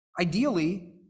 Ideally